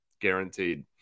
guaranteed